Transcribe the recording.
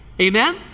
Amen